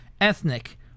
ethnic